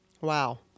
Wow